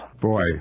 Boy